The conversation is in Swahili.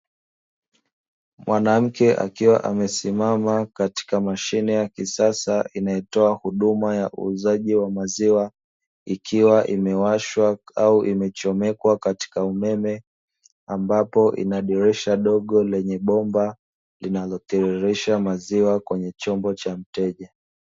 Mwanamke akiwa amesimama katika mashine ya kisasa, inayotoa huduma ya uuzaji wa maziwa, ikiwa imewashwa au imechomwekwa katika umeme ambapo linadirisha dogo lenye bomba linalotililisha maziwa kwenye chombo.